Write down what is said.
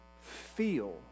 feel